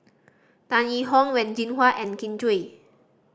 Tan Yee Hong Wen Jinhua and Kin Chui